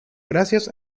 gracias